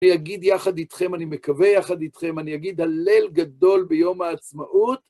אני אגיד יחד איתכם, אני מקווה יחד איתכם, אני אגיד הלל גדול ביום העצמאות